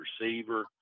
receiver